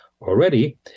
already